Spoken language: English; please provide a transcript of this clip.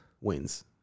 Wins